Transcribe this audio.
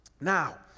Now